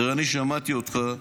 תראה, אני שמעתי אותך,